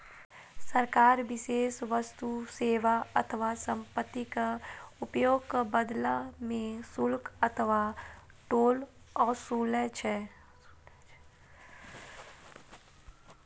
सरकार विशेष वस्तु, सेवा अथवा संपत्तिक उपयोगक बदला मे शुल्क अथवा टोल ओसूलै छै